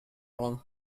wrong